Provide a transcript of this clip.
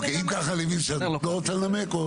אוקי, אם ככה אני מבין שאת לא רוצה לנמק?